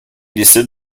décide